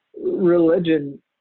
Religion